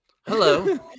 Hello